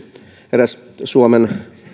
eräs suomen